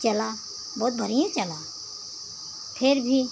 चला बहुत बढ़िया चला फिर भी